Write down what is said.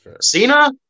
Cena